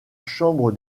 chambre